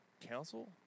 Council